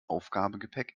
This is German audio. aufgabegepäck